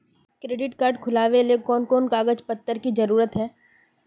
Credit card के खुलावेले कोन कोन कागज पत्र की जरूरत है?